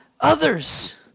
others